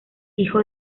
hijo